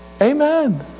Amen